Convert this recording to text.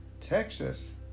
Texas